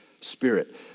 Spirit